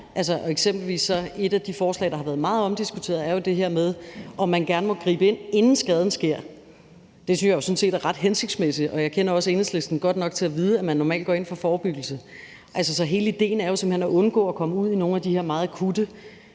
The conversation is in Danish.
et af de forslag, der har været meget omdiskuteret, jo det her med, om man gerne må gribe ind, inden skaden sker. Det synes jeg sådan set er ret hensigtsmæssigt, og jeg kender også Enhedslisten godt nok til at vide, at man normalt går ind for forebyggelse. Så hele idéen er jo simpelt hen at undgå at komme ud i nogle af de her meget akutte